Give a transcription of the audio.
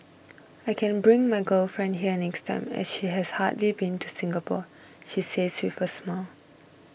I can bring my girlfriend here next time as she has hardly been to Singapore he says with a smile